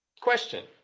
Question